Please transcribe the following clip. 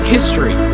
History